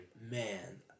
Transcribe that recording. man